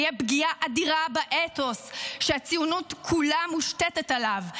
תהיה פגיעה אדירה באתוס שהציונות כולה מושתתת עליו.